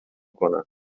کنم